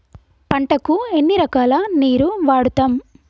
పంటలకు ఎన్ని రకాల నీరు వాడుతం?